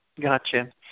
Gotcha